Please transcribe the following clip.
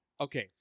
Okay